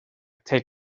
take